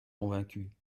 convaincue